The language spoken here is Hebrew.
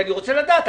אני רוצה לדעת,